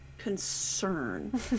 Concern